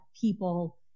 people